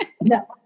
No